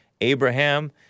Abraham